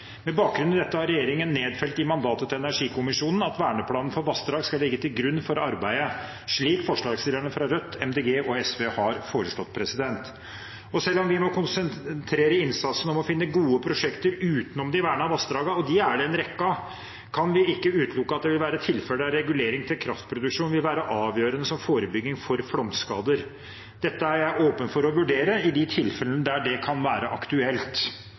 Med bakgrunn i dette har regjeringen nedfelt i mandatet til energikommisjonen at verneplanen for vassdrag skal ligge til grunn for arbeidet, slik forslagsstillerne fra Rødt, Miljøpartiet De Grønne og SV har foreslått. Selv om vi må konsentrere innsatsen om å finne gode prosjekter utenom de vernede vassdragene – og de er det en rekke av – kan vi ikke utelukke at det vil være tilfeller der regulering til kraftproduksjon vil være avgjørende som forebygging for flomskader. Dette er jeg åpen for å vurdere i de tilfellene der det kan være aktuelt.